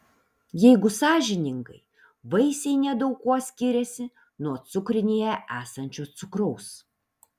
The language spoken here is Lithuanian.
jeigu sąžiningai vaisiai nedaug kuo skiriasi nuo cukrinėje esančio cukraus